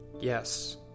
Yes